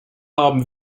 haben